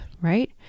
right